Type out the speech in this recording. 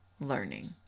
learning